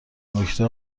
نکته